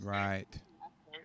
right